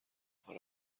آره